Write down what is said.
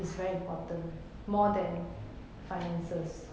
it is very important more than finances